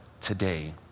today